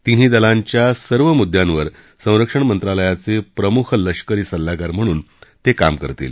तिन्ही दलांच्या सर्व मुद्रयांवर संरक्षण मंत्रालयाचे प्रमुख लष्करी सल्लागार म्हणून ते काम करतील